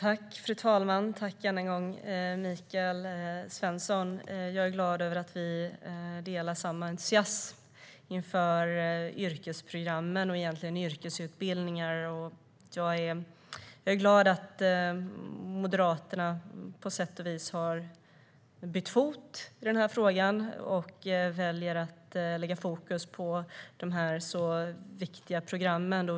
Fru talman! Tack, än en gång, Michael Svensson! Jag är glad över att vi delar samma entusiasm inför yrkesprogrammen och yrkesutbildningar. Jag är glad över att Moderaterna på sätt och vis har bytt fot i frågan och väljer att lägga fokus på de här viktiga programmen.